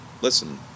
Listen